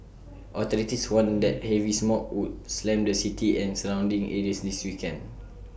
authorities warned that heavy smog would slam the city and surrounding areas this weekend